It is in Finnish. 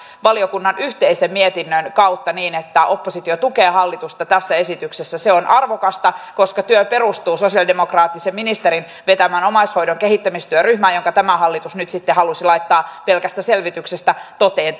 valiokunnan yhteisen mietinnön kautta niin että oppositio tukee hallitusta tässä esityksessä se on arvokasta koska työ perustuu sosialidemokraattisen ministerin vetämään omaishoidon kehittämistyöryhmään ja tämä hallitus nyt sitten halusi laittaa sen pelkästä selvityksestä toteen